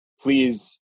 please